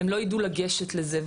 הם לא ידעו לגשת לזה,